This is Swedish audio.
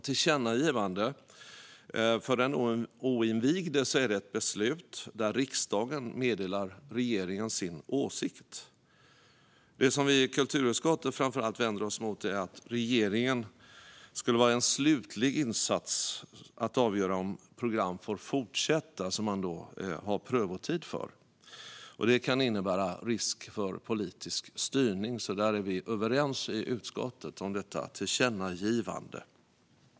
Tillkännagivande är - för den oinvigde - ett beslut där riksdagen meddelar regeringen sin åsikt. Det som vi i kulturutskottet framför allt vänder oss mot är att regeringen skulle vara en slutlig instans för att avgöra om program som man har prövotid för får fortsätta. Det kan innebära risk för politisk styrning. Vi är överens i utskottet om detta tillkännagivande.